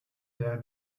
wäre